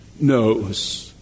knows